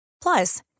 Plus